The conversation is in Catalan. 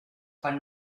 quan